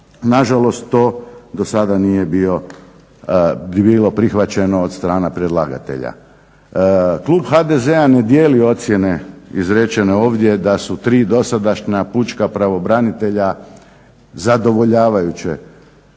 Na žalost to do sada nije bilo prihvaćeno od strane predlagatelja. Klub HDZ-a ne dijeli ocjene izrečene ovdje da su tri dosadašnja pučka pravobranitelja zadovoljavajuće